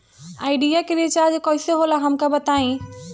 Idea के recharge कईसे होला हमका बताई?